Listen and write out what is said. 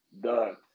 Done